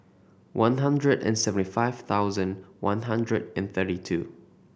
one hundred and seventy five thousand one hundred and thirty two